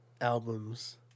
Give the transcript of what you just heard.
albums